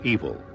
Evil